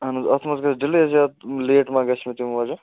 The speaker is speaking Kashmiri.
اہن حظ اَتھ منٛز گژھِ ڈِلے زیادٕ لیٹ ما گژھِ مےٚ تَمہِ وجہہ